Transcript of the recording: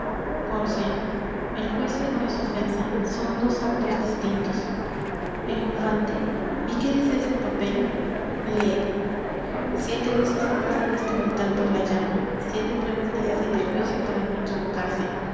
pórcia el juicio no es ofensa son dos actos distintos el infante y qué dice ese papel lee siete veces ha pasado este metal por la llama siete pruebas necesita el juicio para no equivocarse